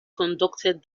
conducted